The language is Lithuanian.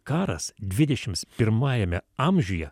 karas dvidešimt pirmajame amžiuje